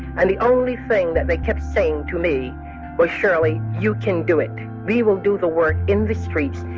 and the only thing that they kept saying to me was, shirley, you can do it. we will do the work in the streets.